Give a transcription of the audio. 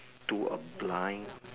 to a blind